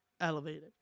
elevated